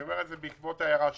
אני אומר את זה גם בעקבות ההערה שלך,